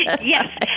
yes